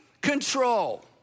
control